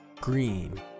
green